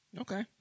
Okay